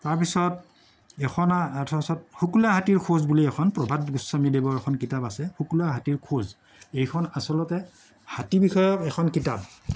তাৰপিছত এখন শুকুলা হাতীৰ খোজ বুলি এখন প্ৰভাত গোস্বামীদেৱৰ এখন কিতাপ আছে শুকুলা হাতীৰ খোজ এইখন আচলতে হাতীবিষয়ক এখন কিতাপ